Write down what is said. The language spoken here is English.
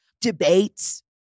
debates